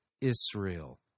israel